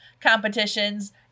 competitions